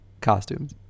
costumes